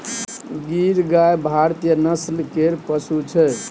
गीर गाय भारतीय नस्ल केर पशु छै